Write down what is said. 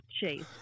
chase